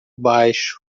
baixo